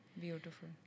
Beautiful